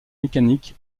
mécanique